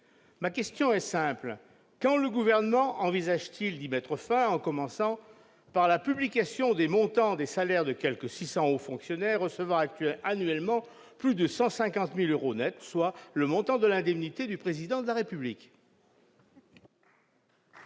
Ma question est simple : quand le Gouvernement envisage-t-il de mettre fin à cette situation, en commençant par publier les montants des salaires des quelque 600 hauts fonctionnaires recevant annuellement plus de 150 000 euros nets, soit le montant de l'indemnité du Président de la République ?